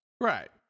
Right